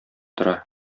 тора